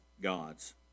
God's